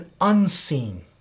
unseen